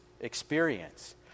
experience